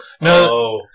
No